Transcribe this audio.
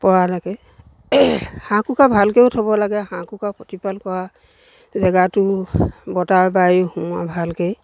পৰালৈকে হাঁহ কুকৰা ভালকৈও থ'ব লাগে হাঁহ কুকৰা প্ৰতিপাল কৰা জেগাটো বতাহ বায়ু সুমোৱা ভালকৈ